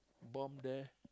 bomb there